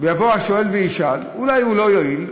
יבוא השואל וישאל, אולי הוא לא יועיל,